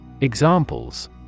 Examples